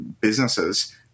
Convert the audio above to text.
businesses